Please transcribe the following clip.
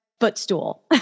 footstool